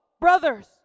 brothers